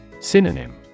Synonym